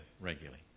regularly